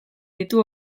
ditu